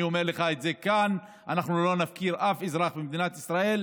אני אומר לך את זה כאן: אנחנו לא נפקיר אף אזרח במדינת ישראל.